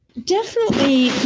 definitely,